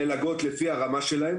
מלגות לפי הרמה שלהם,